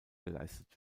geleistet